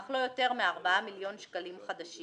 אך לא יותר מ-4 מיליון שקלים חדשים".